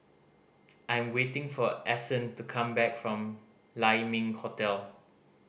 I am waiting for Ason to come back from Lai Ming Hotel